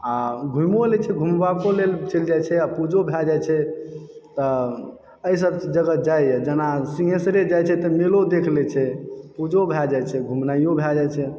आ घुमि ओ लै छै घुमबाको लेल चलि जाइ छै पूजो भय जाइ छै तऽ एहि सब जगह जाइया जेना सिंहेश्वरे जाइ छै तऽ मेलो देख लै छै पूजो भय जाइ छै घुमनाइयो भय जाइ छै